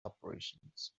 operations